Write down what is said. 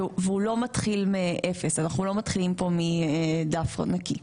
הוא לא מתחיל מאפס, אנחנו לא מתחילים מדף נקי.